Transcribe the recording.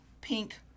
pink